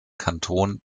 kanton